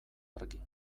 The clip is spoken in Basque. argi